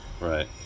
right